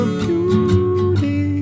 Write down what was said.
beauty